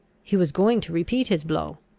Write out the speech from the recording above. he was going to repeat his blow.